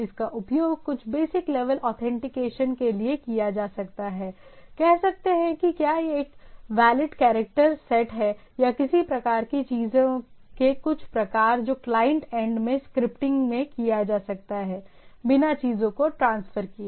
इसका उपयोग कुछ बेसिक लेवल ऑथेंटिकेशन के लिए किया जा सकता है कह सकते हैं कि क्या यह एक वेलीड कैरेक्टर सेट है या किसी प्रकार की चीजों के कुछ प्रकार जो क्लाइंट एंड में स्क्रिप्टिंग में किया जा सकता है बिना चीजों को ट्रांसफर किए